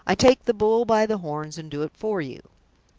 i take the bull by the horns and do it for you.